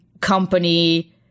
company